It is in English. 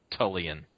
tullian